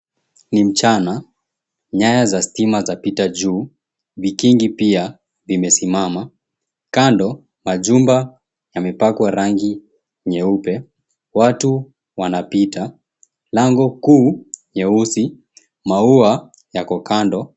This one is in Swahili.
Ni mchana, nyayo za stima zapita juu, vigingi pia vimesimama. Kando majumba yamepakwa rangi nyeupe. Watu wanapita, lango kuu nyeusi, maua yako kando.